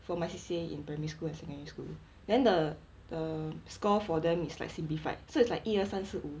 for my C_C_A in primary school and secondary school then the the score for them is like simplified so it's like 一二三四五